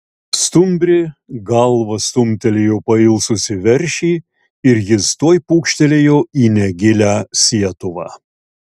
stumbrė galva stumtelėjo pailsusį veršį ir jis tuoj pūkštelėjo į negilią sietuvą